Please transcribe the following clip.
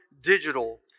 digital